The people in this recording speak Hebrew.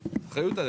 אחריות.